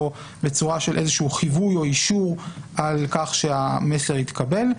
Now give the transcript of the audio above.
או בצורה של איזה שהוא חיווי או אישור על כך שהמסר התקבל.